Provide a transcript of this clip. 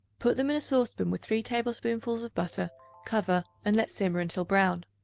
put them in a saucepan with three tablespoonfuls of butter cover and let simmer until brown.